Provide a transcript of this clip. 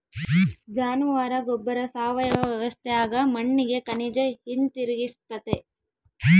ಜಾನುವಾರ ಗೊಬ್ಬರ ಸಾವಯವ ವ್ಯವಸ್ಥ್ಯಾಗ ಮಣ್ಣಿಗೆ ಖನಿಜ ಹಿಂತಿರುಗಿಸ್ತತೆ